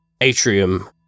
atrium